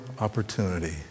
opportunity